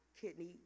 kidney